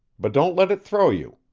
but don't let it throw you.